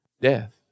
death